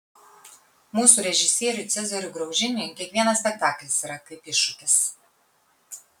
mūsų režisieriui cezariui graužiniui kiekvienas spektaklis yra kaip iššūkis